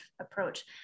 approach